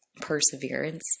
perseverance